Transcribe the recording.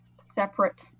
separate